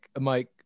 Mike